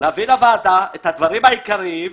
להביא לוועדה את הדברים העיקרים,